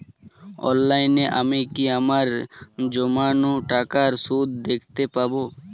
অনলাইনে আমি কি আমার জমানো টাকার সুদ দেখতে পবো?